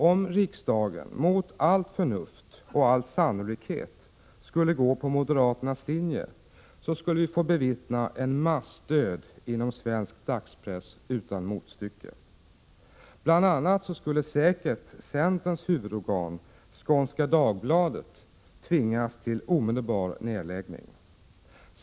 Om riksdagen, mot allt förnuft och all sannolikhet skulle välja moderaternas linje, skulle vi få bevittna en massdöd utan motstycke inom svensk dagspress. Bl. a. skulle säkert centerns huvudorgan Skånska Dagbladet tvingas till omedelbar nedläggning.